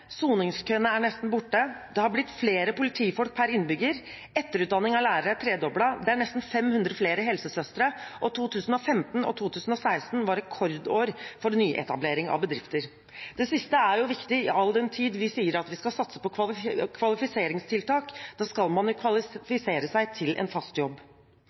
soningskøene er nesten borte, det har blitt flere politifolk per innbygger, etterutdanningen av lærerne er tredoblet, det er nesten 500 flere helsesøstre, og 2015 og 2016 var rekordår for nyetableringer av bedrifter. Det siste er jo viktig – all den tid vi sier at vi skal satse på kvalifiseringstiltak, så man kvalifiserer seg til en fast jobb.